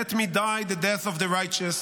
Let me die the death of the righteous,